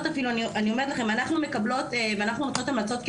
אנחנו נותנות המלצות כעמותה,